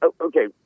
Okay